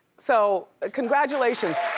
so ah congratulations.